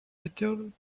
returned